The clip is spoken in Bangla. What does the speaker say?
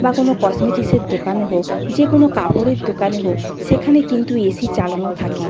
বা কোনো কসমেটিক্সের দোকানে হোক যে কোনো কাপড়ের দোকানে হোক সেখানে কিন্তু এসি চালানো থাকে